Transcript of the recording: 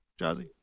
Jazzy